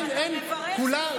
אין, אין, כולם,